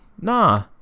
Nah